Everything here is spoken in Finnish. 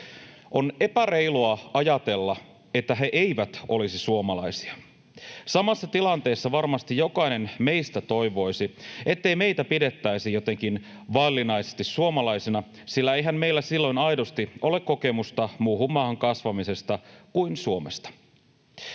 On epäreilua ajatella, että he eivät olisi suomalaisia. Samassa tilanteessa varmasti jokainen meistä toivoisi, ettei meitä pidettäisi jotenkin vaillinaisesti suomalaisina, sillä eihän meillä silloin aidosti ole kokemusta muuhun maahan kasvamisesta kuin Suomeen.